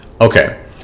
Okay